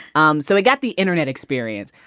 um so i got the internet experience.